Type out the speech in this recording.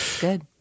good